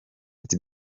ati